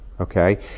okay